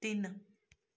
ਤਿੰਨ